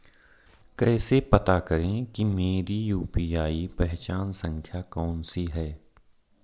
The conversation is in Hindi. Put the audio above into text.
कैसे पता करें कि मेरी यू.पी.आई पहचान संख्या कौनसी है?